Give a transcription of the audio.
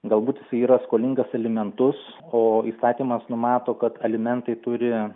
galbūt jisai yra skolingas alimentus o įstatymas numato kad alimentai turi